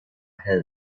help